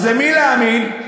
אז למי להאמין,